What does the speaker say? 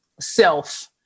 self